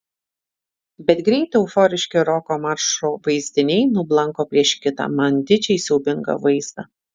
bet greit euforiški roko maršo vaizdiniai nublanko prieš kitą man didžiai siaubingą vaizdą